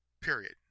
Period